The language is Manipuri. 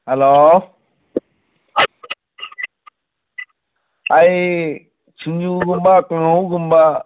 ꯍꯜꯂꯣ ꯑꯩ ꯁꯤꯡꯖꯨꯒꯨꯝꯕ ꯀꯥꯡꯍꯧꯒꯨꯝꯕ